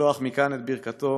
לשלוח מכאן את ברכתו